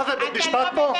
מה זה, בית משפט פה?